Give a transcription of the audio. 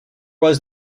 was